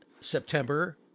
September